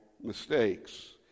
mistakes